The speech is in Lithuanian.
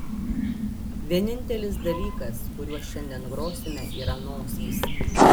vienintelis dalykas kuriuo šiandien grosime yra nosys